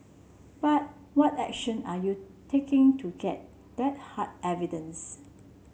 but what action are you taking to get that hard evidence